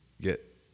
get